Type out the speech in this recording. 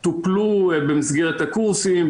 שטופלו במסגרת הקורסים,